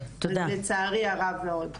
לצערי הרב מאוד.